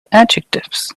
adjectives